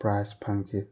prize ꯐꯪꯈꯤ